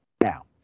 now